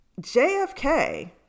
JFK